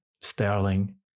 Sterling